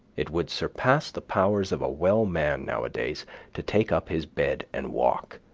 it would surpass the powers of a well man nowadays to take up his bed and walk,